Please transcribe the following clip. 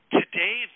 today